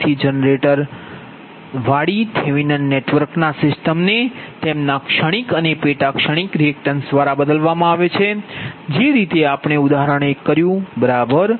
તેથી જનરેટર વાળી Thevenin network ના સિસ્ટમના ને તેમના ક્ષણિક અને પેટા ક્ષણિક રીએક્ટન્સ દ્વારા બદલવામાં આવે છે જે રીતે આપણે ઉદાહરણ 1 કર્યું બરાબર